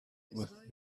with